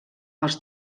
als